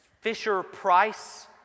Fisher-Price